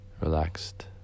relaxed